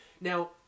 Now